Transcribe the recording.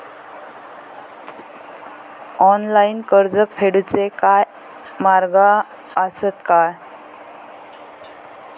Online कर्ज फेडूचे काय मार्ग आसत काय?